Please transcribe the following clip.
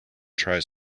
tries